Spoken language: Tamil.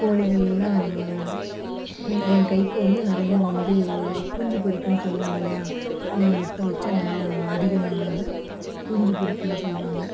கோழிகள்லாம் என் கைக்கு வந்து நிறையா வந்து குஞ்சு பொரிக்குதுன்னு சொல்லு வாங்கலையா நான் முட்டை வச்சால் நல்லா அதிகமாக குஞ்சு பொரிக்குதுன்னு சொல்லுவாங்க